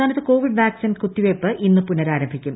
സംസ്ഥാനത്ത് covid vaccine ക്ടുത്തിവയ്പ്പ് ഇന്ന് പുനരാരംഭിക്കും